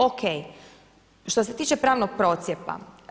O.k. Što se tiče pravnog procjepa.